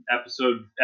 episode